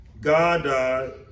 God